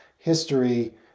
history